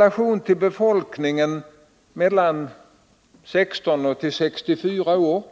Av befolkningen mellan 16 och 64 år